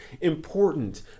important